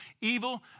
evil